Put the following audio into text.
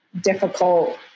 difficult